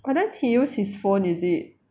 but then he use his phone is it